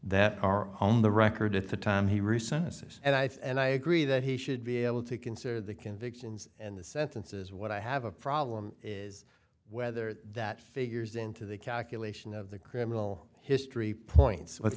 that are on the record at the time he recently says and i think i agree that he should be able to consider the convictions and the sentence is what i have a problem is whether that figures into the calculation of the criminal history points with